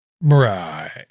Right